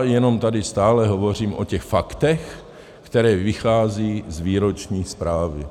Jenom tady stále hovořím o těch faktech, která vycházejí z výroční zprávy.